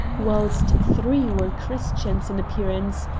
whilst three were christians in appearance.